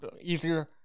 Easier